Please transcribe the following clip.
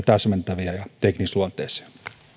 täsmentäviä ja teknisluonteisia